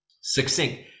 Succinct